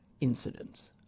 incidents